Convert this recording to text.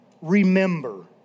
remember